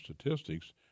Statistics